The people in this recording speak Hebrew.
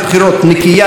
חיובית,